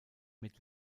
mit